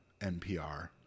NPR